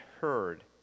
heard